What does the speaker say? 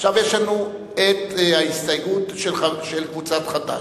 עכשיו יש לנו ההסתייגות של קבוצת חד"ש,